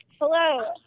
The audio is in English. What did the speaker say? Hello